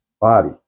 body